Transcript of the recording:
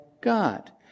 God